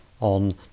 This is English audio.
on